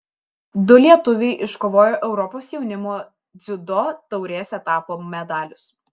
du lietuviai iškovojo europos jaunimo dziudo taurės etapo medalius